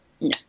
No